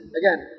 again